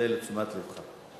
זה לתשומת לבך.